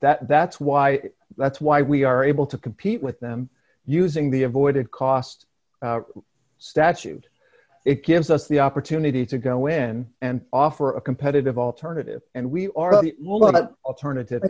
that that's why that's why we are able to compete with them using the avoided cost statute it gives us the opportunity to go in and offer a competitive alternative and we are a lot of alternative